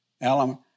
Alan